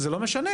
זה לא משנה.